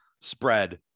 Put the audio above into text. spread